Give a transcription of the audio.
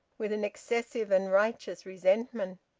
with an excessive and righteous resentment.